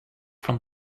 from